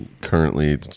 currently